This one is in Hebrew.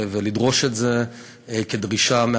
ולדרוש את זה מהאוצר.